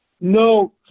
No